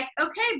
okay